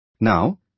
Now